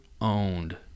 owned